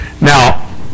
Now